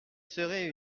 serait